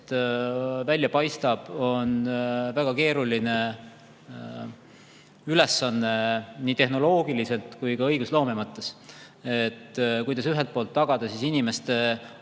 välja paistab, on väga keeruline ülesanne nii tehnoloogiliselt kui ka õigusloome mõttes. Ühelt poolt tuleb tagada inimeste